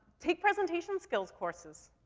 take presentation skills courses.